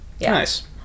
nice